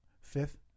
Fifth